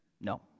No